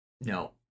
No